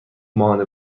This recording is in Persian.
ماهانه